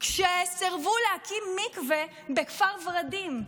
כשסירבו להקים מקווה בכפר ורדים,